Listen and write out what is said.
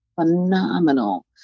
phenomenal